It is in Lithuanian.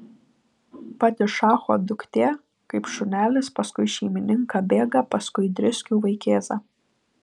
padišacho duktė kaip šunelis paskui šeimininką bėga paskui driskių vaikėzą